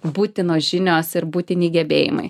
būtinos žinios ir būtini gebėjimai